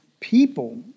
people